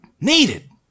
needed